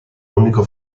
unico